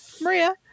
maria